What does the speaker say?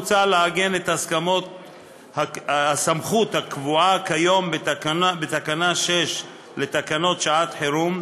מוצע לעגן את הסמכות הקבועה כיום בתקנה 6 לתקנות שעת חירום,